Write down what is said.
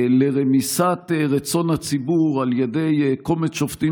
רמיסת רצון הציבור על ידי קומץ שופטים